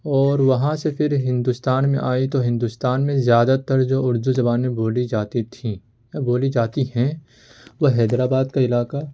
اور وہاں سے پھر ہندوستان میں آئی تو ہندوستان میں زیادہ تر جو اردو زبانیں بولی جاتی تھیں یا بولی جاتی ہیں وہ حیدرآباد کا علاقہ